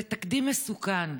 זה תקדים מסוכן.